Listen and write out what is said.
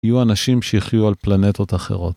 יהיו אנשים שיחיו על פלנטות אחרות.